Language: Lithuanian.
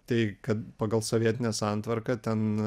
tai kad pagal sovietinę santvarką ten